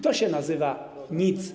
To się nazywa nic.